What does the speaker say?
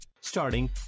Starting